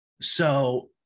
So-